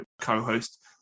co-host